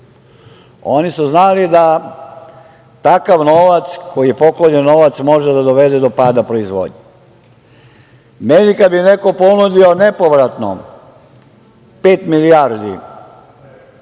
oni su znali da takav novac koji je poklonjen može da dovede do pada proizvodnje. Meni kada bi neko ponudio nepovratno pet milijardi